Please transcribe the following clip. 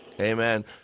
Amen